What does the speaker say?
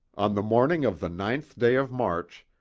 on the morning of the ninth day of march,